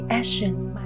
actions